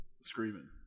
Screaming